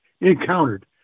encountered